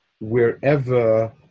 wherever